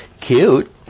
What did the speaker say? Cute